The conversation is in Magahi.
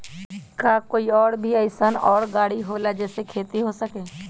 का कोई और भी अइसन और गाड़ी होला जे से खेती हो सके?